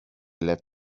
led